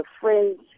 friends